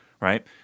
right